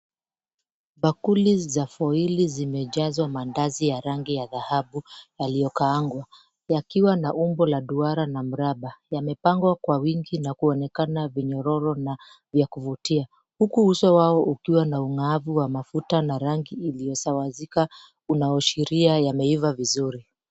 Bakuli za foili zimejazwa maandazi ya rangi ya dhahabu yaliyokaangwa yakiwa na umbo ya duara na mraba. Yamepangwa kwa wingi na kuonekana vinyororo na vya kuvutia huku uso wao ukiwa na ung'aavu wa mafuta na rangi iliyosawazika unaashiria yameiva vizuri.